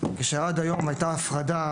כשעד היום הייתה הפרדה